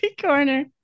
Corner